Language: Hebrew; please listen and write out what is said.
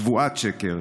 שבועת שקר,